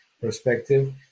perspective